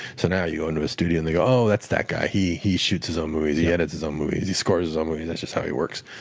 so now you go into a studio and they go oh, that's that guy. he he shoots his own movies. he edits his own movies, he scores his own movies that's just how he works.